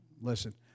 listen